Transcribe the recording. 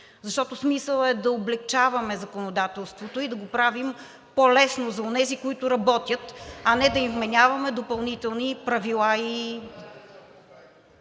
защото смисълът е да облекчаваме законодателството и да го правим по-лесно за онези, които работят, а не да им вменяваме допълнителни правила и